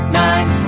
nine